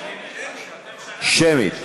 שמית.